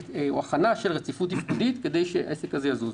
נדרשת הכנה של רציפות תפקודית כדי שהדברים יזוזו.